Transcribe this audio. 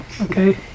Okay